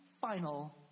final